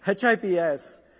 HIPS